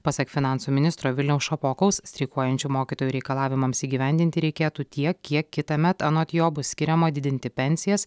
pasak finansų ministro viliaus šapokaus streikuojančių mokytojų reikalavimams įgyvendinti reikėtų tiek kiek kitąmet anot jo bus skiriama didinti pensijas